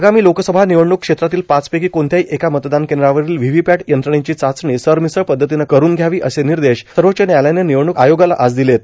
आगामी लोकसभा निवडणूक क्षेत्रातील पाचपैकी कोणत्याही एका मतदान केंद्रांवरील व्ही व्ही पॅट यंत्रणेची चाचणी सरमिसळ पद्धतीनं करून घ्यावी असे निर्देश सर्वोच्च न्यायालयानं निवडणूक आयोगाला आज दिलेत